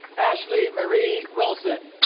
ashley marie wilson